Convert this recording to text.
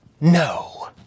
No